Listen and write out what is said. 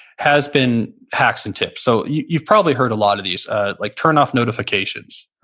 has been hacks and tips. so you've probably heard a lot of these ah like turn off notifications.